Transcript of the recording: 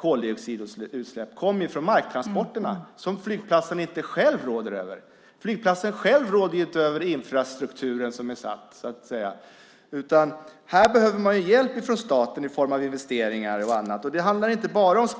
koldioxidutsläpp kommer nämligen från marktransporterna, något som flygplatsen inte råder över. Flygplatsen råder inte över den infrastruktur som finns, utan de behöver hjälp av staten i form av investeringar och annat.